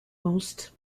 most